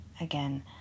Again